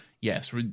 yes